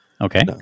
Okay